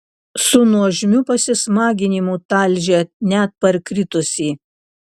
su nuožmiu pasismaginimu talžė net parkritusį